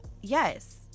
yes